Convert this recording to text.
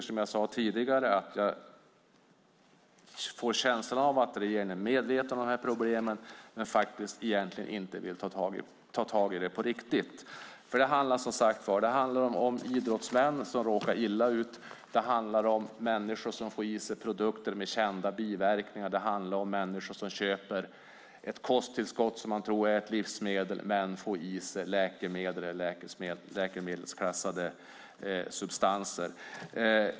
Som jag sade tidigare får jag känslan av att regeringen är medveten om problemen men egentligen inte vill ta tag i dem på riktigt. Det handlar som sagt om idrottsmän som råkar illa ut, det handlar om människor som får i sig produkter med kända biverkningar, det handlar om människor som köper ett kosttillskott som man tror är ett livsmedel men där man i själva verket får i sig läkemedel eller läkemedelsklassade substanser.